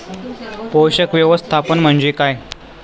पोषक व्यवस्थापन म्हणजे काय?